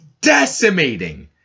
decimating